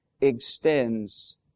extends